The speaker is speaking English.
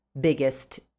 biggest